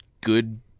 good